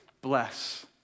bless